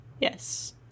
Yes